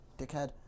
dickhead